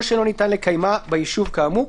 או שלא ניתן לקיימה ביישוב כאמור.